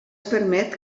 permet